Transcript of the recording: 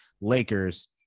Lakers